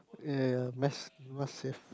uh yeah yeah must save